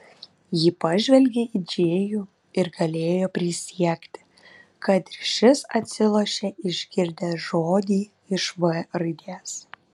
ji pažvelgė į džėjų ir galėjo prisiekti kad ir šis atsilošė išgirdęs žodį iš v raidės